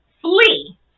flee